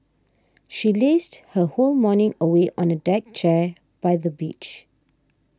she lazed her whole morning away on a deck chair by the beach